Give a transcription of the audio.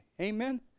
Amen